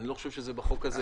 אני לא חושב שזה בחוק הזה.